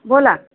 बोला